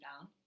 down